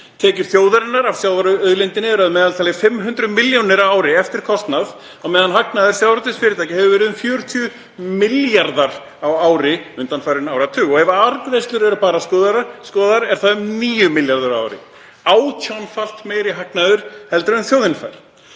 Tekjur þjóðarinnar af sjávarauðlindinni eru að meðaltali 500 milljónir á ári eftir kostnað, á meðan hagnaður sjávarútvegsfyrirtækja hefur verið um 40 milljarðar á ári undanfarinn áratug. Ef arðgreiðslur eru skoðaðar eru það um 9 milljarðar á ári, átjánfalt meiri hagnaður en þjóðin fær.